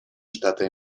штаты